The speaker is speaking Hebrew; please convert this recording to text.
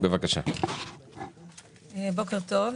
בוקר טוב.